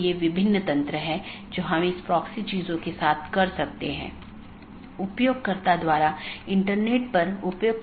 4 जीवित रखें मेसेज यह निर्धारित करता है कि क्या सहकर्मी उपलब्ध हैं या नहीं